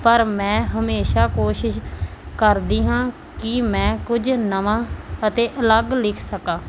ਪਰ ਮੈਂ ਹਮੇਸ਼ਾ ਕੋਸ਼ਿਸ਼ ਕਰਦੀ ਹਾਂ ਕਿ ਮੈਂ ਕੁਝ ਨਵਾਂ ਅਤੇ ਅਲੱਗ ਲਿਖ ਸਕਾਂ